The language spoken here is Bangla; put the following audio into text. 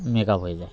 মেকআপ হয়ে যায়